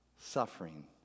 suffering